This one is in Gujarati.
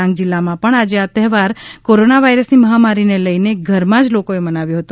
ડાંગ જિલ્લામાં પણ આજે આ તહેવાર કોરોના વાયરસની મહામારીને લઇને ઘરમાં જ લોકોએ મનાવ્યો હતો